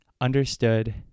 understood